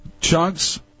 Chunks